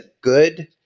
good